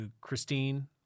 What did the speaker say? Christine